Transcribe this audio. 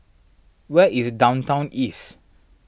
where is Downtown East